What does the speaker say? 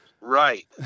Right